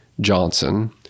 Johnson